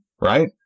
right